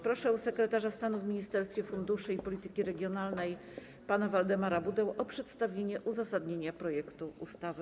Proszę sekretarza stanu w Ministerstwie Funduszy i Polityki Regionalnej pana Waldemara Budę o przedstawienie uzasadnienia projektu ustawy.